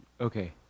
Okay